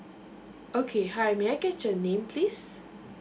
okay hi may I get your name please